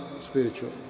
spiritual